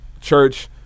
church